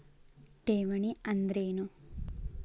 ಠೇವಣಿ ಅಂದ್ರೇನು?